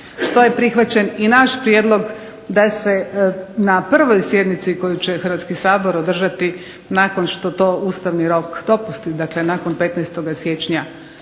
što je prihvaćen i naš prijedlog da se na prvoj sjednici koju će Hrvatski sabor održati nakon što to ustavni rok dopusti. Dakle, nakon 15. Siječnja